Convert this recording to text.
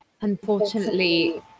Unfortunately